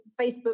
Facebook